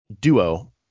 duo